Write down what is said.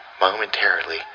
momentarily